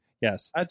Yes